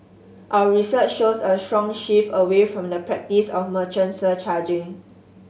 our research shows a strong shift away from the practice of merchant surcharging